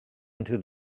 into